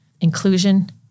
inclusion